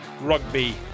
rugby